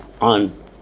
on